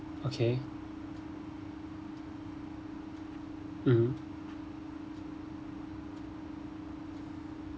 okay mmhmm